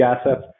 assets